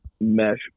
mesh